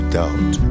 doubt